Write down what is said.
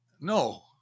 No